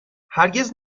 هرگز